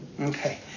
Okay